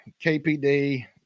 kpd